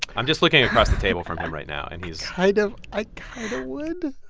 i'm just looking across the table from him right now, and he's. kind of. i would.